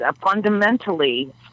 fundamentally